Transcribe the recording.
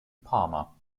palmer